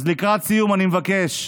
אז לקראת סיום אני מבקש: